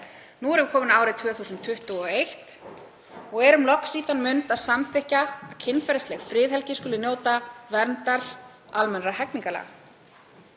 Nú er komið árið 2021 og við erum loks í þann mund að samþykkja að kynferðisleg friðhelgi skuli njóta verndar almennra hegningarlaga.